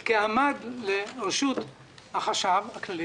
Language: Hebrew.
בכל מקרה, זה בא לטובה כי עמדו לרשות החשב הכללי